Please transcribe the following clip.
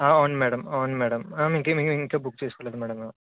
ఆ అవును మ్యాడమ్ అవును మ్యాడమ్ ఆ ఇంకా మే ఇంకా ఇంకా ఏమి ఇంకా బుక్ చేసుకోలేదు మ్యామ్